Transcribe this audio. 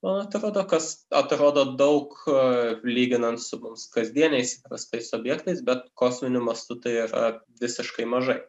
man atrodo kas atrodo daug lyginant su mums kasdieniais rastais objektais bet kosminiu mastu tai yra visiškai mažai